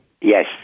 Yes